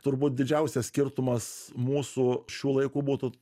turbūt didžiausias skirtumas mūsų šių laikų būtų